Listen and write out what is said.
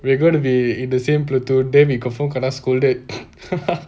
we are going to be in the same platoon damn we confirm kena scolded